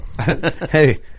Hey